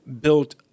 built